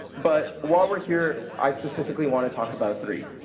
but while we're here, i specifically want to talk about three.